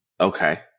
Okay